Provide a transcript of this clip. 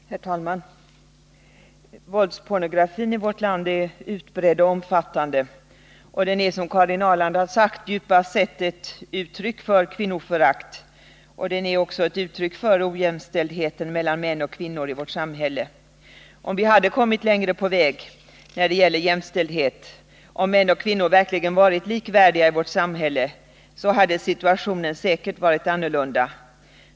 Herr talman! Våldspornografin i vårt land är utbredd. Som Karin Ahrland sade är den djupast sett ett uttryck för kvinnoförakt liksom för ojämställdheten mellan män och kvinnor i vårt samhälle. Hade vi kommit längre på väg när det gäller jämställdhet, om män och kvinnor verkligen hade varit likvärdiga, hade situationen säkert varit en annan.